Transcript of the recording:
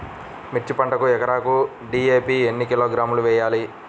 మిర్చి పంటకు ఎకరాకు డీ.ఏ.పీ ఎన్ని కిలోగ్రాములు వేయాలి?